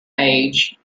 page